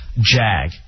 Jag